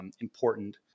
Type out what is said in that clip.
important